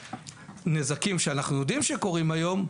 ולנזקים שאנחנו יודעים שקורים היום,